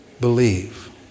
believe